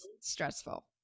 stressful